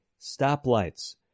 stoplights